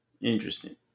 Interesting